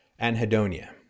anhedonia